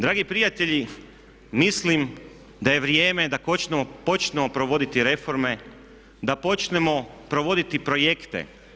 Dragi prijatelji mislim da je vrijeme da počnemo provoditi reforme, da počnemo provoditi projekte.